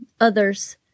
others